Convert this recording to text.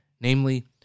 namely